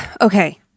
Okay